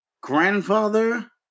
grandfather